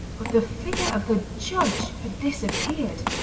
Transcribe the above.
but the figure of the judge had disappeared.